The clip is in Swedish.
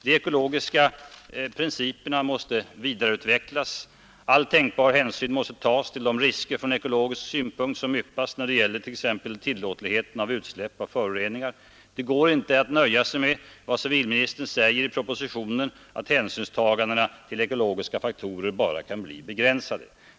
De ekologiska principerna måste vidareutvecklas, all tänkbar hänsyn måste tas till de risker från ekologisk synpunkt som yppas när det gäller t.ex. tillåtligheten av utsläpp av föroreningar. Det går inte att nöja sig med vad civilministern säger i propositionen, att hänsynstaganden till ekologiska faktorer bara kan bli begränsade.